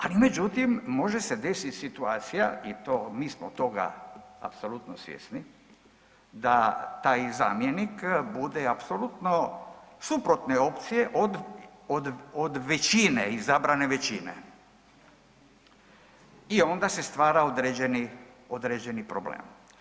Ali međutim, može se desit situacija i to, mi smo toga apsolutno svjesni da taj zamjenik bude apsolutno suprotne opcije od, od, od većine, izabrane većine i onda se stvara određeni, određeni problem.